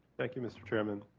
thank you mister chairman